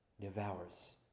devours